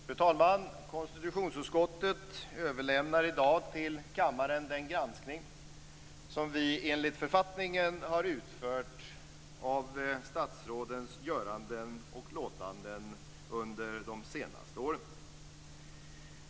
Fru talman! Konstitutionsutskottet överlämnar i dag till kammaren den granskning som vi enligt författningen har utfört av statsrådens göranden och låtanden under de senaste åren.